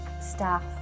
staff